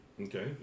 Okay